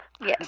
Yes